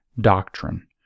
doctrine